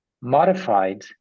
modified